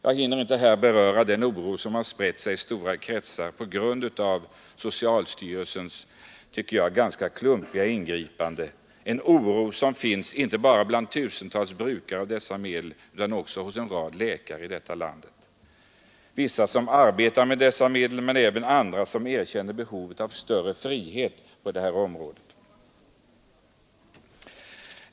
Jag hinner inte här beröra den oro som har spritt sig i stora kretsar på grund av socialstyrelsens, tycker jag, ganska klumpiga ingripande, en oro som finns inte bara bland tusentals brukare av dessa medel utan också hos en rad läkare i detta land, vissa som arbetat med dessa medel men även andra som erkänner behovet av större frihet på detta område.